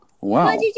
wow